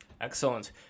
Excellent